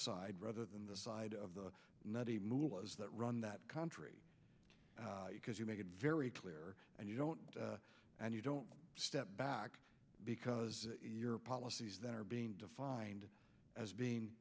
side rather than the side of the nutty moola that run that country because you make it very clear and you don't and you don't step back because your policies that are being defined as being